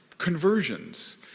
Conversions